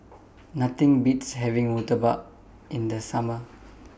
Nothing Beats having Murtabak in The Summer